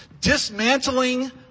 Dismantling